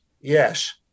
Yes